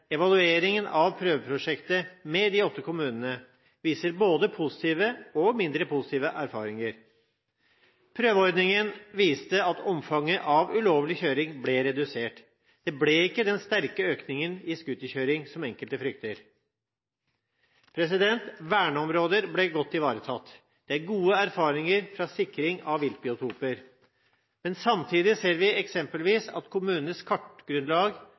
Evalueringen av prøveprosjektet med de åtte kommunene viser både positive og mindre positive erfaringer. Prøveordningen viste at omfanget av ulovlig kjøring ble redusert. Det ble ikke den sterke økningen i scooterkjøring som enkelte fryktet. Verneområder ble godt ivaretatt. Det er gode erfaringer fra sikring av viltbiotoper. Samtidig ser vi eksempelvis at kommunenes kartgrunnlag